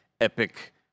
Epic